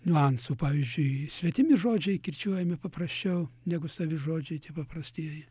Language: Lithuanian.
niuansų pavyzdžiui svetimi žodžiai kirčiuojami paprasčiau negu savi žodžiai tie paprastieji